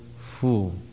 fool